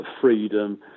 freedom